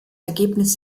ergebnis